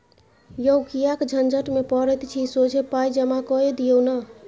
यौ किएक झंझट मे पड़ैत छी सोझे पाय जमा कए दियौ न